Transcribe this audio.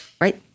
Right